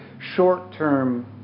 short-term